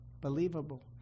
believable